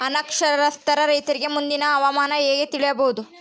ಅನಕ್ಷರಸ್ಥ ರೈತರಿಗೆ ಮುಂದಿನ ಹವಾಮಾನ ಹೆಂಗೆ ತಿಳಿಯಬಹುದು?